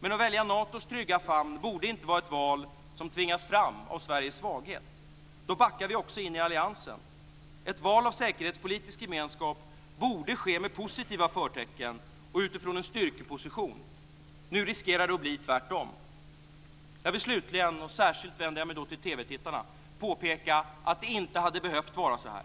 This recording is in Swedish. Men att välja Natos trygga famn borde inte vara ett val som tvingas fram av Sveriges svaghet. Då backar vi också in i alliansen. Ett val av säkerhetspolitisk gemenskap borde ske med positiva förtecken och utifrån en styrkeposition. Nu riskerar det att bli tvärtom. Jag vill slutligen - särskilt vänder jag mig då till TV-tittarna - påpeka att det inte hade behövt vara så här.